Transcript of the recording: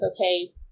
okay